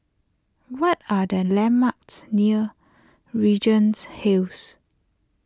what are the landmarks near Regent Heights